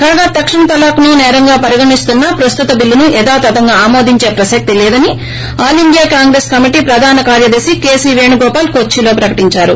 కాగా తక్షణ తలాక్ను నేరంగా పరిగణిస్తున్న ప్రస్తుత బిల్లును యథాతథంగా ఆమోదించే ప్రసక్తి లేదని ఆలిండియా కాంగ్రెస్ కమిటీ ఏఐసీసీ ప్రధాన కార్యదర్శి కేసీ పేణుగోపాల్ కొచ్చిలో ప్రకటించారు